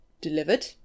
delivered